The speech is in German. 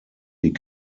die